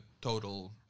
total